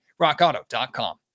rockauto.com